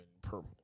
purple